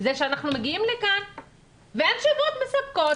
זה שאנחנו מגיעים לכאן ואין תשובות מספקות,